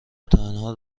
وتنها